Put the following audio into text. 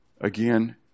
Again